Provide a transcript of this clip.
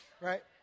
right